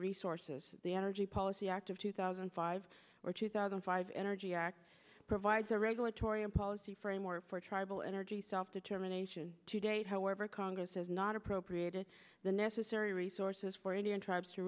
resources the energy policy act of two thousand and five or two thousand and five energy act provides a regulatory and policy framework for tribal energy self determination to date however congress has not appropriated the necessary resources for indian tribes to